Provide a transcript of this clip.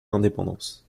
indépendance